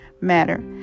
matter